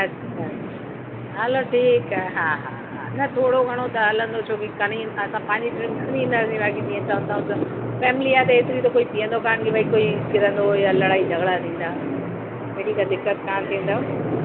अच्छा अच्छा हलो ठीकु आहे हा हा हा न थोरो घणो त हलंदो छो कि खणी ईंदा त असां पंहिंजी ड्रिंक खणी ईंदासीं बाक़ी जीअं तव्हां चयो था त फ़ेमिली आहे त एतिरी त कोई पीअंदो कान कि भई कोई किरंदो या लड़ाई झॻिड़ा थींदा अहिड़ी का दिक़त कान थींदव